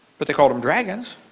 but they called them dragons.